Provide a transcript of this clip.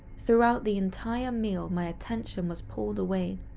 throughout the entire meal my attention was pulled away,